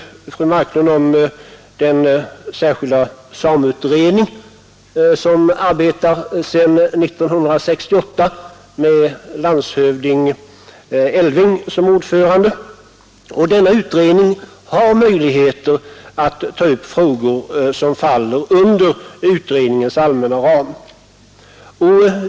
Fru Marklund nämnde den särskilda sameutredning som arbetar sedan 1968 med landshövding Elfving som ordförande. Denna utredning har möjligheter att ta upp frågor som faller inom utredningens allmänna ram.